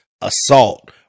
assault